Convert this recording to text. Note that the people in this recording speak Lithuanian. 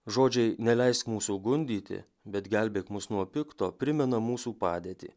žodžiai neleisk mūsų gundyti bet gelbėk mus nuo pikto primena mūsų padėtį